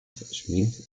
smith